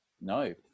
No